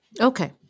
Okay